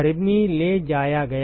गर्मी ले जाया गया